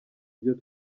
byo